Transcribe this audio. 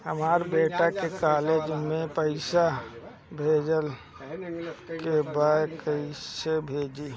हमर बेटा के कॉलेज में पैसा भेजे के बा कइसे भेजी?